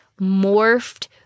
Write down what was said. morphed